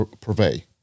purvey